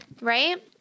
Right